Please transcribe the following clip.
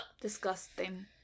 Disgusting